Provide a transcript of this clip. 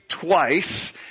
twice